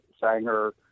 Sanger